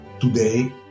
today